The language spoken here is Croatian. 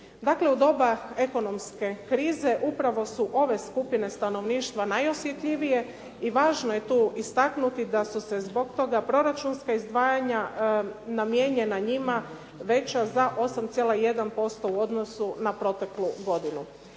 Dakle, u doba ekonomske krize upravo su ove skupine stanovništva najosjetljivije i važno je tu istaknuti da su se zbog toga proračunska izdvajanja namijenjena njima veća za 8,1% u odnosu na proteklu godinu.